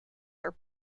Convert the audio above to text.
are